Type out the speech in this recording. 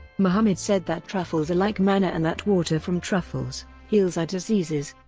muhammad said that truffles are like manna and that water from truffles heals eye diseases.